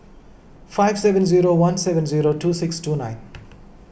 five seven zero one seven zero two six two nine